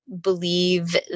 believe